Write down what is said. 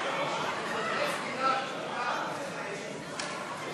הצעת חוק לתיקון פקודת הראיות (דרישת הסיוע להרשעה על-פי הודיה),